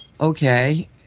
okay